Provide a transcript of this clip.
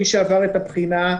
מי שעבר את הבחינה,